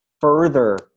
further